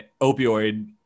opioid